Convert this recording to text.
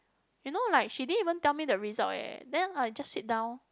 you know like she didn't even tell me the results eh then I just sit down